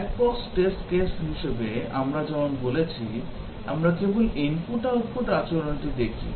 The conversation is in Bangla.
ব্ল্যাক বক্স টেস্ট কেস হিসাবে আমরা যেমন বলছি আমরা কেবল ইনপুট আউটপুট আচরণটি দেখি